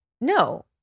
No